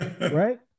right